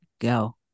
Go